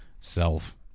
Self